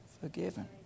forgiven